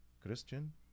Christian